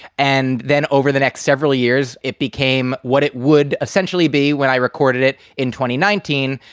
and then over the next several years, it became what it would essentially be when i recorded it in twenty nineteen.